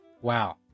Wow